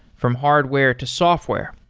from hardware to software,